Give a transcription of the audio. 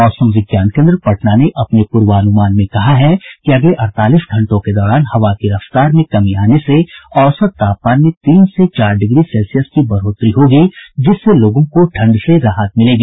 मौसम विज्ञान केन्द्र पटना ने अपने पूर्वानुमान में कहा है कि अगले अड़तालीस घंटों के दौरान हवा की रफ्तार में कमी आने से औसत तापमान में तीन से चार डिग्री सेल्सियस की बढ़ोतरी होगी जिससे लोगों को ठंड से राहत मिलेगी